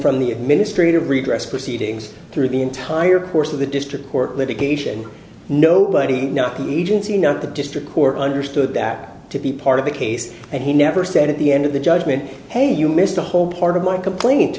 from the administrative redress proceedings through the entire course of the district court litigation nobody not even seen up the district court understood that to be part of the case and he never said at the end of the judgment hey you missed a whole part of my complaint